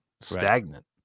stagnant